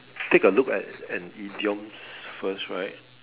take a look at an idiom first right